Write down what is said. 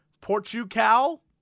Portugal